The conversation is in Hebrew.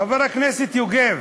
חבר הכנסת יוגב,